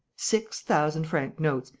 six thousand-franc notes,